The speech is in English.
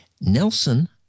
Nelson